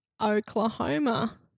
Oklahoma